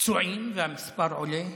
פצועים והמספר עולה,